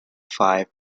five